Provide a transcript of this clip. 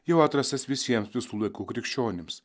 jau atrastas visiems visų laikų krikščionims